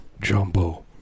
Jumbo